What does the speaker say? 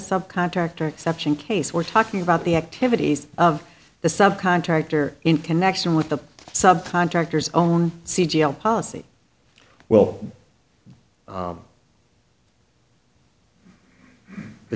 subcontractor exception case we're talking about the activities of the subcontractor in connection with the sub contractors own c g m policy well